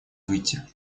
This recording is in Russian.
выйти